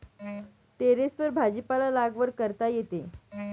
टेरेसवर भाजीपाला लागवड करता येते